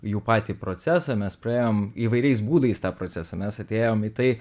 jų patį procesą mes praėjom įvairiais būdais tą procesą mes atėjom į tai